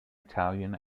italian